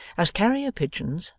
as carrier-pigeons,